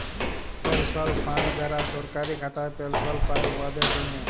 পেলশল ফাল্ড যারা সরকারি খাতায় পেলশল পায়, উয়াদের জ্যনহে